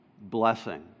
blessing